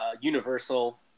Universal